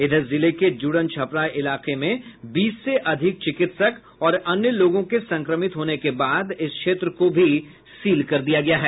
इधर जिले के जुड़न छपरा इलाके में बीस से अधिक चिकित्सक और अन्य लोगों के संक्रमित होने के बाद इस क्षेत्र को भी सील कर दिया गया है